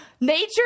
Nature